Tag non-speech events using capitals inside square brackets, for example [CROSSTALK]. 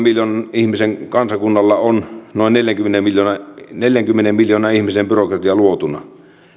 [UNINTELLIGIBLE] miljoonan ihmisen kansakunnalla on noin neljänkymmenen miljoonan ihmisen byrokratia luotuna